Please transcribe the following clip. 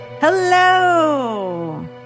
Hello